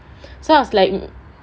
so I was like